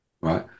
right